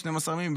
12 ימים,